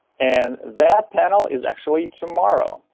and that panel is, actually, tomorrow!